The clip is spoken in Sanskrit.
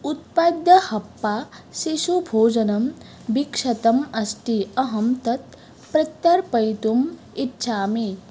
उत्पाद्य हप्पा शिशुभोजनं विक्षतम् अस्ति अहं तत् प्रत्यर्पयितुम् इच्छामि